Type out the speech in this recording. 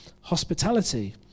hospitality